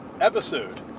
episode